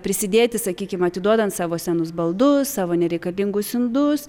prisidėti sakykim atiduodant savo senus baldus savo nereikalingus indus